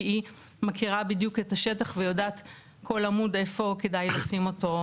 כי היא מכירה בדיוק את השטח ויודעת כל עמוד איפה כדאי לשים אותו,